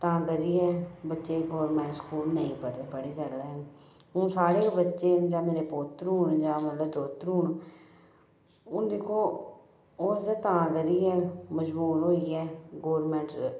तां करियैं बच्चें गी गोरमेंट स्कूल नेईं पढ़ी पढ़ी सकदे ऐ हून साढ़े गै बच्चे न जां मेरे पोत्तरु न जां मतलब दोत्तरु न हून दिक्खो ओह् असें तां करियै मजबूर होइयै गोरमेंट